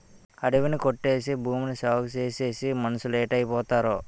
అడివి ని కొట్టేసి భూమిని సాగుచేసేసి మనుసులేటైపోతారో